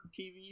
tv